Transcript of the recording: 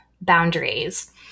boundaries